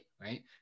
right